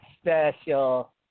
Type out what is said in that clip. special